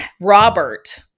Robert